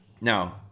now